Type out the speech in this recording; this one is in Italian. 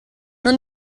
non